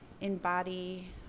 embody